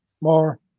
more